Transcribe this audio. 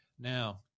Now